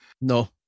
No